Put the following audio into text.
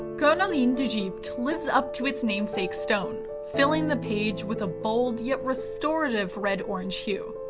cornaline d'egypte lives up to its namesake stone, filling the page with a bold yet restorative red orange hue.